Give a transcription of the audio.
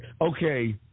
Okay